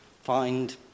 Find